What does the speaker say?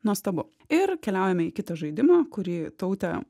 nuostabu ir keliaujame į kitą žaidimą kurį tautė